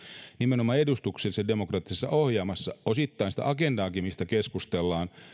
nimenomaan edustuksellisessa demokratiassa se on ohjaamassa osittain sitä agendaakin mistä keskustellaan